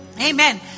Amen